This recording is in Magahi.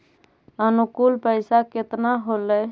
अनुकुल पैसा केतना होलय